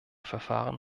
verfahren